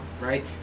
right